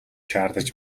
шаардаж